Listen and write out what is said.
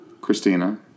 Christina